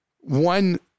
one